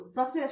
professor S